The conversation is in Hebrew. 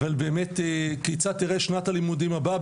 באמת כיצד תראה שנת הלימודים הבאה,